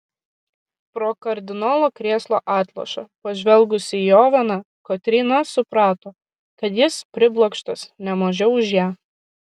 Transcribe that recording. pro kardinolo krėslo atlošą pažvelgusi į oveną kotryna suprato kad jis priblokštas ne mažiau už ją